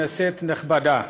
כנסת נכבדה,